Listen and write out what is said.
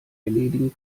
erledigen